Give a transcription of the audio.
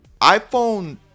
iPhone